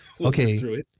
Okay